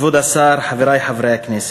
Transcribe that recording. כבוד השר, חברי חברי הכנסת,